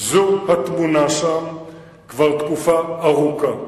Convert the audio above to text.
זאת התמונה שם כבר תקופה ארוכה.